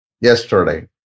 yesterday